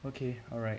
okay alright